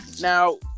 now